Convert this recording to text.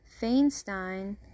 Feinstein